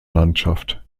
landschaft